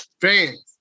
fans